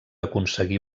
aconseguir